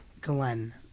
Glenn